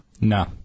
No